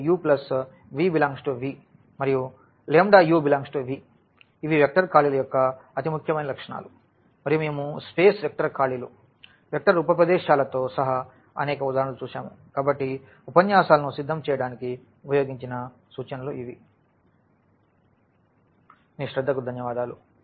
కాబట్టి u v∈V మరియు u∈V ఇవి వెక్టర్ ఖాళీల యొక్క అతి ముఖ్యమైన లక్షణాలు మరియు మేము స్పేస్ వెక్టర్ ఖాళీలు వెక్టర్ ఉప ప్రదేశాలతో సహా అనేక ఉదాహరణలు చూశాము కాబట్టి ఉపన్యాసాలను సిద్ధం చేయడానికి ఉపయోగించే సూచనలు ఇవి స్లైడ్ సమయం 3229 చూడండి మరియు మీ శ్రద్ధకు ధన్యవాదాలు